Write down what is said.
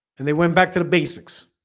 and they went back to the basics.